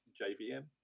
JVM